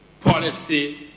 policy